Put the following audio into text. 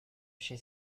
she